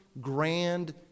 grand